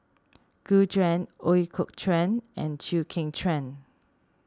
Gu Juan Ooi Kok Chuen and Chew Kheng Chuan